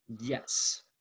Yes